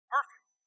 Perfect